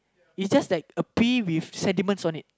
it's just like a pee with sediments on it